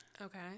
Okay